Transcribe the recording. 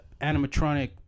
Animatronic